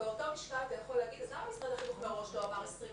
על אותו משקל אתה יכול לשאול למה משרד החינוך אמר שישה.